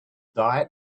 diet